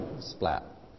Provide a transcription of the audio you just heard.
splat